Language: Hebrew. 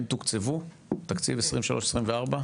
הם תוקצבו בתקציב 2023-2024?